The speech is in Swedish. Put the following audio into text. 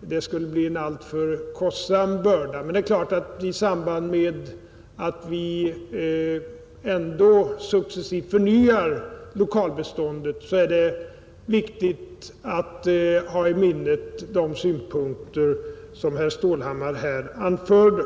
Det skulle bli en alltför kostsam börda. Men det är klart att det är viktigt att vi i samband med att vi ändå successivt förnyar lokalbeståndet har i minnet de synpunkter som herr Stålhammar här anförde.